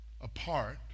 apart